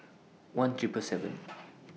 one Triple seven